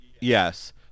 Yes